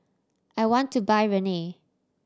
I want to buy Rene